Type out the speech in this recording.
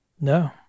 No